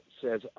says